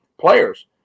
players